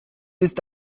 ist